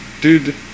Dude